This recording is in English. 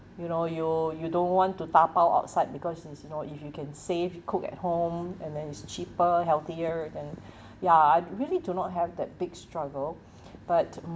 you know you you don't want to dapao outside because since you know if you can save you cooked at home and then it's cheaper healthier than ya I really do not have that big struggle but